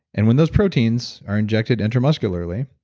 and when those proteins are injected intramuscularly,